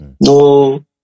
No